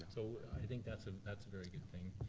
so i think that's ah that's a very good thing,